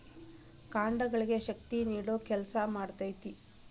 ಕಾಂಡಗಳಿಗೆ ಶಕ್ತಿ ನೇಡುವ ಕೆಲಸಾ ಮಾಡ್ತತಿ